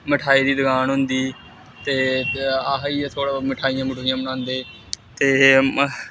मठेआई दी दकान होंदी ते अस इ'यै थोह्ड़ा बहुत मठाइयां मठूइयां बनांदे ते